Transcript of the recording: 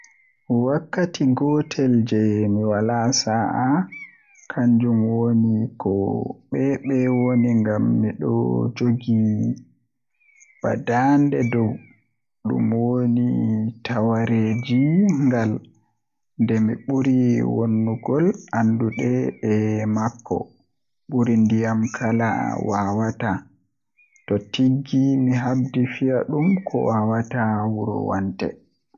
Wakkati gotel jei mi Wala sa'a kannjum woni Ko ɓeɓe woni ngam miɗo njogii baddaande fow, ɗum woni tawaareeji ngal. Nde mi ɓuri wonugol anndude e makko, ɓuri ndiyam kala no waawataa. Ko tigi mi haɗi fiya ɗum ko waawataa wuro wante.